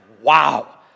wow